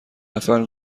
نفر